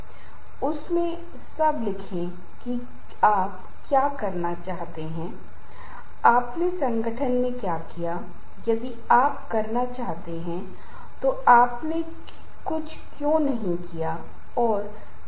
एक पश्चिमी विषय है जिसमें ऑटोजेनिक प्रशिक्षण विश्राम की प्रतिक्रिया बायोफीडबैक भावनात्मक स्वतंत्रता तकनीकों और इस तरह की स्थितियों के बारे में उल्लेख किया गया है या तो आप तनावपूर्ण घटनाओं से लड़ने के लिए जाते हैं या आप तनावपूर्ण घटना को छोड़ देते हैं जिसे सामना करो या भागो प्रतिक्रिया कहा जाता है